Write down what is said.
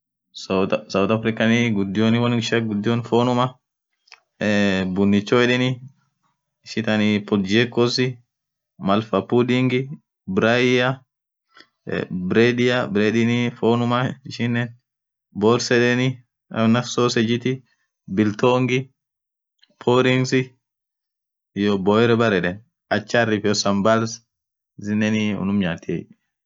south Afrikan ghudion wonishian ghudion fonuma bonicho yedheni ishianii pujiekos malfapudingi brayia bredia bredinii fonuma ishinen Bors yedeni won akk sosejiti biltongi porensi iyo boyerbar yeden acharitif sambalzil nen unumnyaatiey